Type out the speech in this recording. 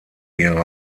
ihre